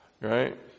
Right